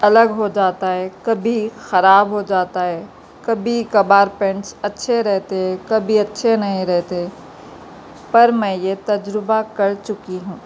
الگ ہو جاتا ہے کبھی خراب ہو جاتا ہے کبھی کبھار پینٹس اچھے رہتے ہیں کبھی اچھے نہیں رہتے پر میں یہ تجربہ کر چکی ہوں